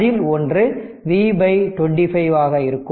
அதில் ஒன்று V 25 ஆக இருக்கும்